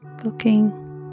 cooking